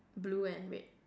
blue and red